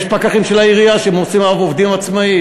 יש פקחים של העירייה שעובדים עצמאית.